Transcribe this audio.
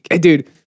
Dude